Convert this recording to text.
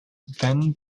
then